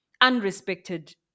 unrespected